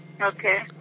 Okay